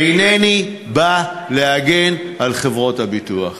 אינני בא להגן על חברות הביטוח.